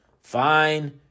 fine